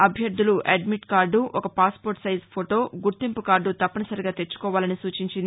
అభ్యర్దులు admit card ఒక passport size photo గుర్తింపు card తప్పనిసరిగా తెచ్చుకోవాలని సూచించింది